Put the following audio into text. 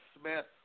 Smith